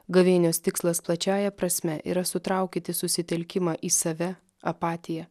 gavėnios tikslas plačiąja prasme yra sutraukyti susitelkimą į save apatiją